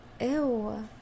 ew